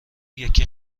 یکی